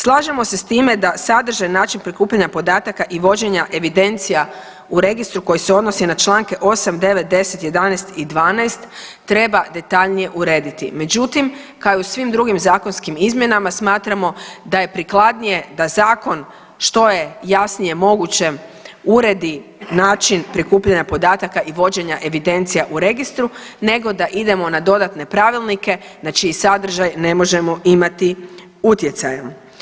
Slažemo se s time da sadržaj, način prikupljanja podataka i vođenja evidencija u Registru koji se odnosi na čl. 8, 9, 10, 11 i 12 treba detaljnije urediti, međutim, kao i u svim drugim zakonskim izmjenama, smatramo da je prikladnije da zakon, što je jasnije moguće uredi način prikupljanja podataka i vođenja evidencija u Registru, nego da idemo na dodatne pravilnike na čiji sadržaj ne možemo imati utjecaja.